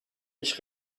mich